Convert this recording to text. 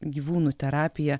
gyvūnų terapija